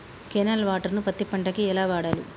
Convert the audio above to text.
Canal water ను పత్తి పంట కి ఎలా వాడాలి?